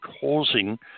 causing